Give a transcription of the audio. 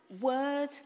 word